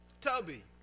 Tubby